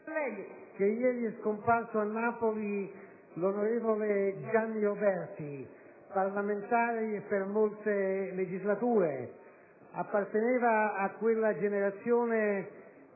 che ieri è scomparso a Napoli l'onorevole Giovanni Roberti, parlamentare per molte legislature. Egli apparteneva a quella generazione